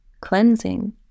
cleansing